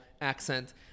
accent